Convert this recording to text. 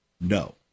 No